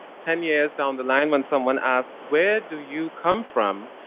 ten years down the line when someone asks where do you come from,